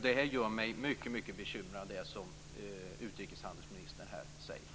Det som utrikeshandelsministern här säger gör mig mycket bekymrad.